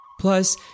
Plus